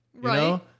Right